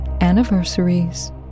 anniversaries